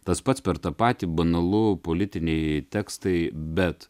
tas pats per tą patį banalu politiniai tekstai bet